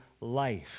life